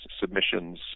submissions